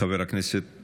חבר הכנסת